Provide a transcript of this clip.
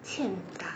见打